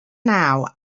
now